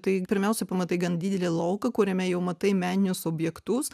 tai pirmiausia pamatai gan didelį lauką kuriame jau matai meninius objektus